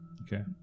Okay